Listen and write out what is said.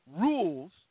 rules